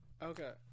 okay